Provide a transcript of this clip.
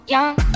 Young